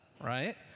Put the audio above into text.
right